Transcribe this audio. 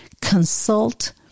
consult